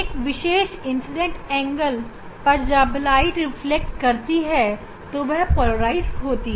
एक विशेष incident angle पर जब प्रकाश रिफ्लेक्ट करती है तो वह पोलराइज होती है